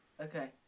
Okay